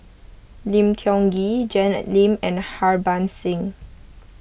Lim Tiong Ghee Janet Lim and Harbans Singh